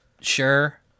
sure